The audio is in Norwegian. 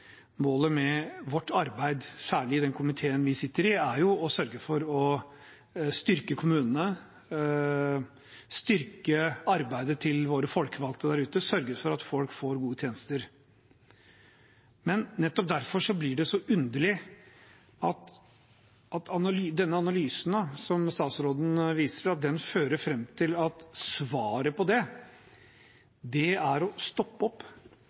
målet med vårt arbeid, særlig i den komiteen vi sitter i, er å sørge for å styrke kommunene, styrke arbeidet til våre folkevalgte der ute, sørge for at folk får gode tjenester. Nettopp derfor blir det så underlig at denne analysen, som statsråden viser til, fører fram til at svaret på det er å stoppe opp,